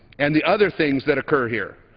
and the other things that occur here.